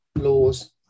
laws